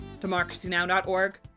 democracynow.org